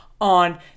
on